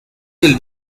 del